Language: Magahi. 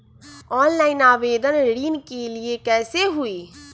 ऑनलाइन आवेदन ऋन के लिए कैसे हुई?